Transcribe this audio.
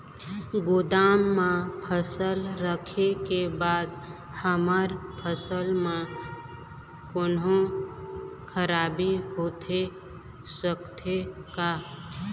गोदाम मा फसल रखें के बाद हमर फसल मा कोन्हों खराबी होथे सकथे का?